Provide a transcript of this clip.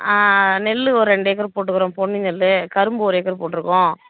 நெல் ஒரு ரெண்டு ஏக்கர் போட்டுருக்கறோம் பொன்னி நெல் கரும்பு ஒரு ஏக்கர் போட்டிருக்கோம்